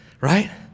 right